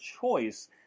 choice